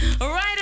right